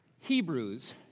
Hebrews